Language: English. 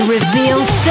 Revealed